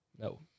No